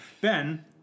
Ben